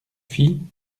fit